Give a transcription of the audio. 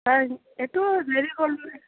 তা একটু দেরী করে